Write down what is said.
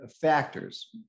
factors